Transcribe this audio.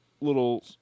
little